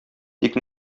тик